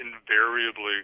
invariably